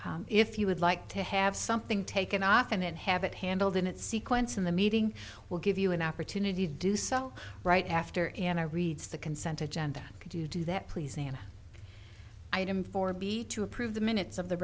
agenda if you would like to have something taken off and have it handled in its sequence in the meeting will give you an opportunity to do so right after anna reads the consent agenda could you do that please and item four b to approve the minutes of the